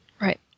Right